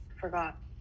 forgot